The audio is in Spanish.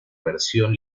versión